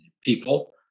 people